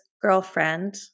Girlfriend